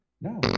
no